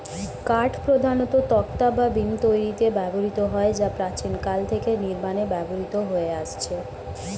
কাঠ প্রধানত তক্তা বা বিম তৈরিতে ব্যবহৃত হয় যা প্রাচীনকাল থেকে নির্মাণে ব্যবহৃত হয়ে আসছে